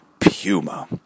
Puma